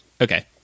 Okay